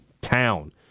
town